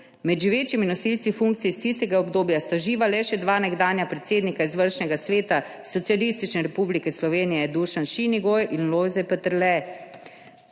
Med živečimi nosilci funkcij iz tistega obdobja sta živa le še dva nekdanja predsednika Izvršnega sveta Socialistične republike Slovenije – Dušan Šinigoj in Lojze Peterle.